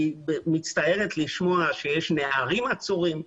אני מצטערת לשמוע שיש נערים עצורים.